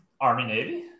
Army-Navy